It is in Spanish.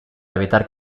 evitar